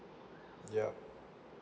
yup